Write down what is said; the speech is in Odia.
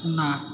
ନା